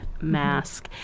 mask